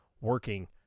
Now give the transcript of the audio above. working